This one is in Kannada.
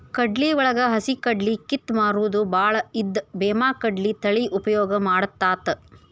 ಕಡ್ಲಿವಳಗ ಹಸಿಕಡ್ಲಿ ಕಿತ್ತ ಮಾರುದು ಬಾಳ ಇದ್ದ ಬೇಮಾಕಡ್ಲಿ ತಳಿ ಉಪಯೋಗ ಮಾಡತಾತ